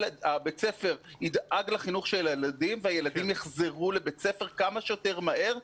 בית הספר ידאג לחינוך של הילדים והילדים יחזרו לבית הספר כמה שיותר מהר,